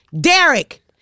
Derek